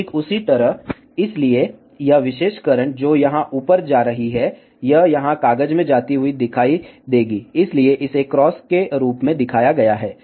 ठीक उसी तरह इसलिए यह विशेष करंट जो यहां ऊपर जा रही है यह यहां कागज में जाती हुई दिखाई देगी इसलिए इसे क्रॉस के रूप में दिखाया गया है